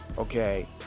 Okay